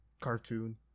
Cartoon